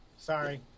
sorry